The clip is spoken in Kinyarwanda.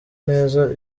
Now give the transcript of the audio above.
neza